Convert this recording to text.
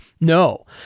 No